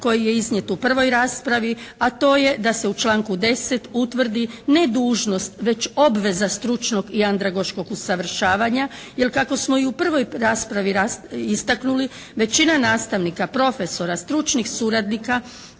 koji je iznijet u prvoj raspravi a to je da se u članku 10. utvrdi ne dužnost već obveza stručnog i andragoškog usavršavanja jer kako smo i u prvoj raspravi istaknuli, većina nastavnika, profesora, stručnih suradnika